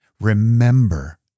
remember